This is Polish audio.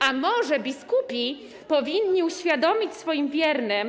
A może biskupi powinni uświadomić swoim wiernym.